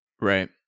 Right